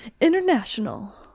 International